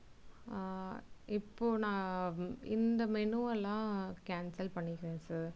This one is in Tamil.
இப்போது நான் இந்த மெனுவெல்லாம் கேன்சல் பண்ணிக்கிறேன் சார்